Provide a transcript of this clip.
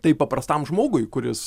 tai paprastam žmogui kuris